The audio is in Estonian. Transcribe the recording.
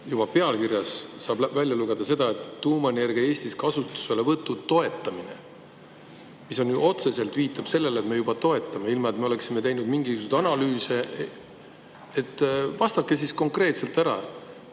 otsuse pealkirjast välja lugeda "Tuumaenergia Eestis kasutuselevõtu toetamine", mis ju otseselt viitab sellele, et me juba toetame, ilma et me oleksime teinud mingisuguseid analüüse. Vastake siis konkreetselt ära,